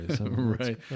Right